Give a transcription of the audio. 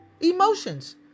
emotions